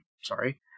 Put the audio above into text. sorry